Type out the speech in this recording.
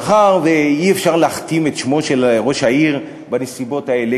מאחר שאי-אפשר להכתים את שמו של ראש העיר בנסיבות האלה,